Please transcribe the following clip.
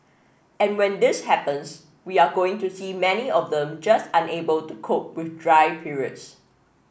and when this happens we are going to see many of them just unable to cope with dry periods